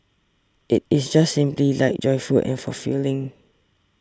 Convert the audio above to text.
it is just simply light joyful and fulfilling